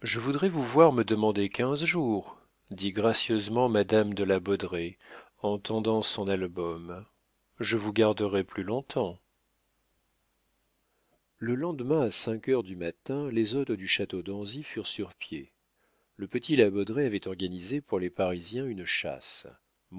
je voudrais vous voir me demander quinze jours dit gracieusement madame de la baudraye en tendant son album je vous garderais plus longtemps le lendemain à cinq heures du matin les hôtes du château d'anzy furent sur pied le petit la baudraye avait organisé pour les parisiens une chasse